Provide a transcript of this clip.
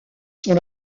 sont